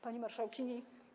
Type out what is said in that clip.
Pani Marszałkini!